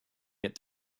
get